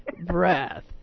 breath